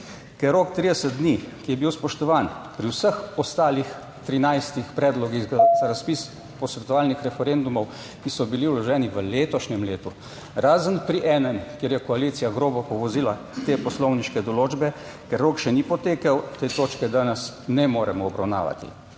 Ker rok 30 dni, ki je bil spoštovan pri vseh ostalih 13 predlogih za razpis posvetovalnih referendumov, ki so bili vloženi v letošnjem letu, razen pri enem, kjer je koalicija grobo povozila te poslovniške določbe, ker rok še ni potekel, te točke danes ne moremo obravnavati.